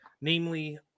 namely